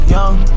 Young